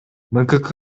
мкк